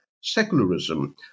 secularism